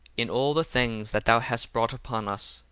in all the things that thou hast brought upon us,